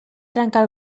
trencar